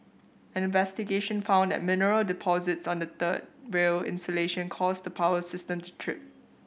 an investigation found that mineral deposits on the third rail insulation caused the power system to trip